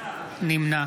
נמנע